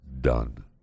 done